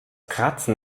kratzen